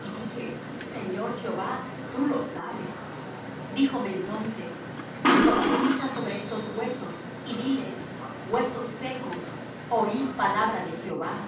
y dije señor jehová tú lo sabes díjome entonces profetiza sobre estos huesos y diles huesos secos oid palabra de jehová